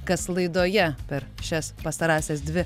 kas laidoje per šias pastarąsias dvi